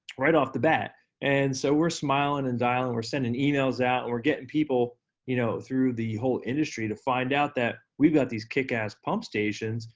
right off the bat. and so we're smiling and dialing, we're sending emails out, and we're getting people you know through the whole industry to find out that we've got these kick-ass pump stations,